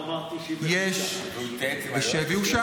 הוא אמר 95. והוא התייעץ עם היועץ שלו?